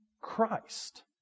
Christ